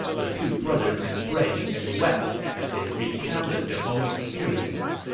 the two brothers embraced and wept as they recounted their own experience